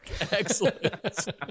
Excellent